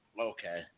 Okay